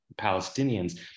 palestinians